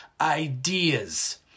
Ideas